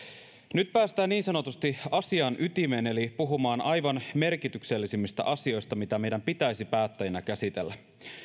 nyt päästään niin sanotusti asian ytimeen eli puhumaan aivan merkityksellisimmistä asioista mitä meidän pitäisi päättäjinä käsitellä